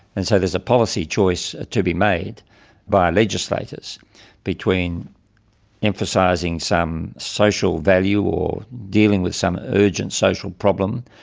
and so there's a policy choice to be made by legislators between emphasising some social value or dealing with some urgent social problem,